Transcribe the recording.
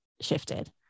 shifted